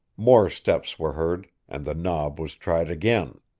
more steps were heard, and the knob was tried again.